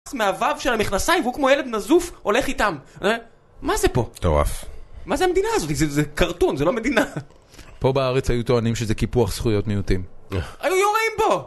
מהוו של המכנסיים, והוא כמו ילד נזוף הולך איתם, מה זה פה? מטורף. מה זה המדינה הזאתי? זה קרטון, זה לא מדינה. פה בארץ היו טוענים שזה קיפוח זכויות מיעוטים. היו יורים בו!